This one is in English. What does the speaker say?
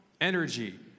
energy